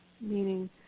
meaning